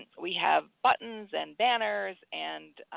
we have buttons and banners and